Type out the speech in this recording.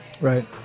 Right